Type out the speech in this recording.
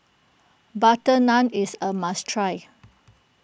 Butter Naan is a must try